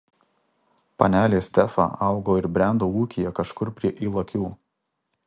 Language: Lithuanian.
panelė stefa augo ir brendo ūkyje kažkur prie ylakių